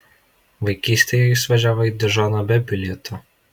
vaikystėje jis važiavo į dižoną be bilieto